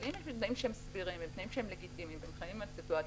אבל אם יש שם תנאים שהם סבירים ולגיטימיים והם חיים עם הסיטואציה,